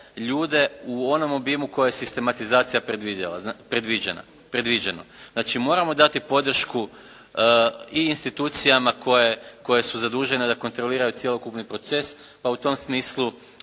ljude u onom obimu koji je sistematizacija predvidjela, predviđena, predviđeno. Znači moramo dati podršku i institucijama koje su zadužene da kontroliraju cjelokupni proces pa u tom smislu